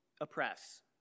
oppress